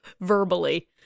verbally